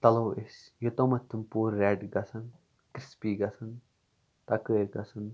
تَلو أسۍ یوتام تِم پورٕ ریٚڑ گَژھن کرِسپی گَژھن تَکٲر گَژھن